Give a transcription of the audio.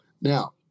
Now